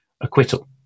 acquittal